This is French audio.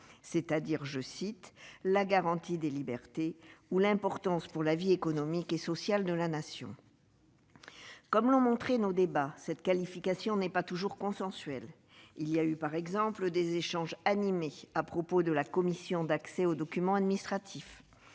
l'importance pour la garantie des droits et libertés ou pour la vie économique et sociale de la Nation ». Comme l'ont montré nos débats, cette qualification n'est pas toujours consensuelle. Nous avons eu par exemple des échanges animés à propos de la Commission d'accès aux documents administratifs.